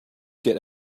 get